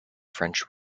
french